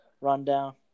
rundown